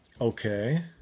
Okay